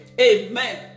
amen